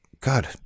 God